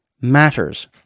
matters